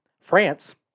France